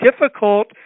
difficult